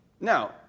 Now